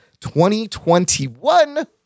2021